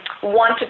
one